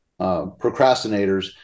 procrastinators